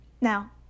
Now